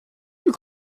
you